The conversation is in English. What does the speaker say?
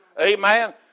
Amen